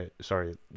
sorry